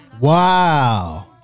Wow